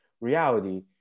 reality